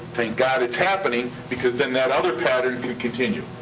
thank god it's happening? because then that other pattern can continue.